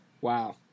Wow